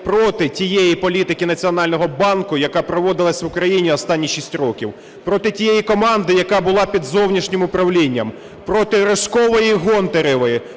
проти тієї політики Національного банку, яка проводилась в Україні останні 6 років. Проти тієї команди, яка була під зовнішнім управління, проти Рожкової і Гонтаревої,